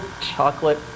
chocolate